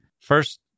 First